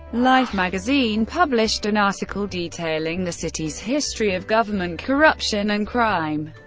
life magazine published an article detailing the city's history of government corruption and crime,